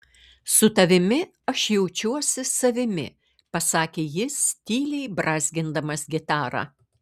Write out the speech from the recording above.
su tavimi aš jaučiuosi savimi pasakė jis tyliai brązgindamas gitarą